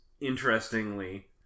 interestingly